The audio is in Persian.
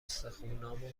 استخونامو